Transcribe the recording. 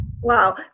Wow